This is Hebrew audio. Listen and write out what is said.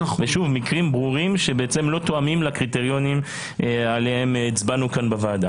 אלו מקרים ברורים שלא תואמים את הקריטריונים עליהם הצבענו בוועדה.